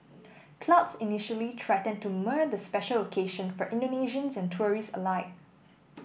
clouds initially threatened to mar the special occasion for Indonesians and tourists alike